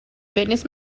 fitness